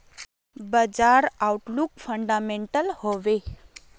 बाजार outlook fundamental हैवै?